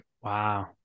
Wow